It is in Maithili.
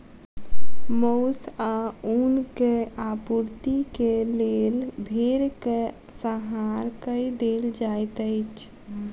मौस आ ऊनक आपूर्तिक लेल भेड़क संहार कय देल जाइत अछि